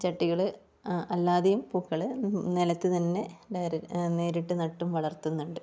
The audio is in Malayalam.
ചട്ടികള് അല്ലാതെയും പൂക്കള് നിലത്ത് തന്നെ നേരി നേരിട്ട് നട്ടും വളർത്തുന്നുണ്ട്